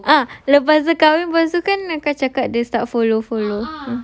ah dia lepas bazaar kahwin lepas tu kan kakak cakap dia start follow follow